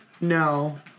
No